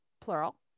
plural